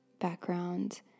background